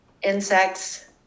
insects